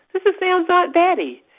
this is sam's aunt betty.